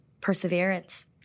perseverance